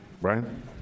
Brian